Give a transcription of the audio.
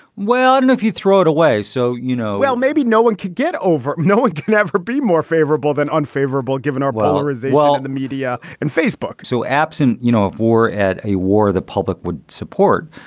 well, and if you throw it away so you know. well, maybe no one could get over. no, it could never be more favorable than unfavorable given our boiler as well. the media and facebook so absent, you know, a war at a war the public would support,